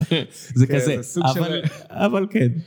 פץ. זה כזה. סוג של... אבל, אבל כן.